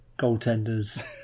goaltenders